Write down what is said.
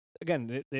Again